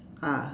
ah